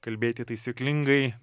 kalbėti taisyklingai